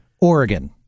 Oregon